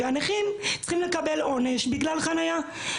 והנכים צריכים לקבל עונש בגלל חניה.